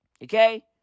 Okay